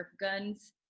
guns